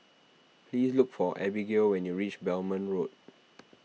please look for Abbigail when you reach Belmont Road